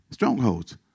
strongholds